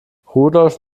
rudolf